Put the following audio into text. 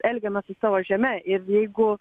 elgiamės su savo žeme ir jeigu